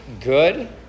good